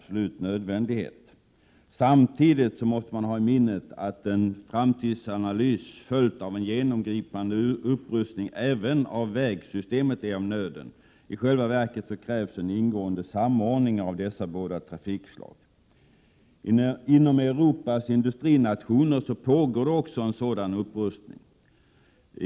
Samtidigt får man ha i minnet att en framtidsanalys, följd av en genomgripande upprustning även av vägsystemet, är av nöden. I själva verket krävs en ingående samordning av dessa båda trafikslag. Inom Europas industrinationer pågår också en sådan upprustning.